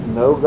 no